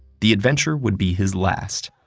the adventure would be his last.